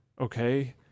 okay